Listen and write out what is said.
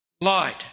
light